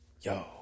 Yo